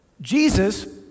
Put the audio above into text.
Jesus